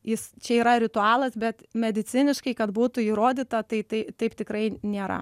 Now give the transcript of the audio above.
jis čia yra ritualas bet mediciniškai kad būtų įrodyta tai tai taip tikrai nėra